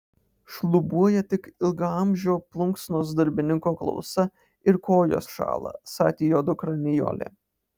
šlubuoja tik ilgaamžio plunksnos darbininko klausa ir kojos šąla sakė jo dukra nijolė